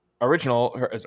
original